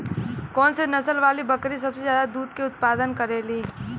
कौन से नसल वाली बकरी सबसे ज्यादा दूध क उतपादन करेली?